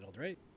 right